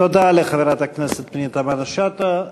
תודה לחברת הכנסת פנינה תמנו-שטה.